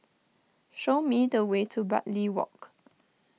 show me the way to Bartley Walk